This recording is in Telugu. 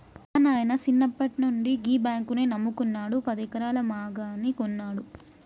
మా నాయిన సిన్నప్పట్నుండి గీ బాంకునే నమ్ముకున్నడు, పదెకరాల మాగాని గొన్నడు